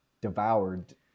devoured